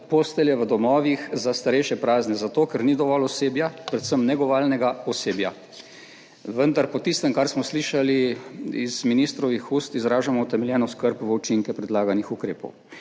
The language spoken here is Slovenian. postelje v domovih za starejše prazne, zato ker ni dovolj osebja, predvsem negovalnega osebja. Vendar po tistem, kar smo slišali iz ministrovih ust, izražamo utemeljeno skrb v učinke predlaganih ukrepov.